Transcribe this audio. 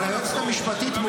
היועצת המשפטית הרי לא חוקרת.